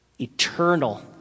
eternal